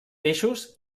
peixos